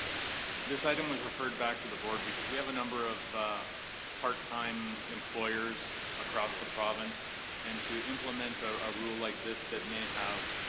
this item was referred back to the board because we have a number of part-time employers across the province and to implement ah a rule like this that may have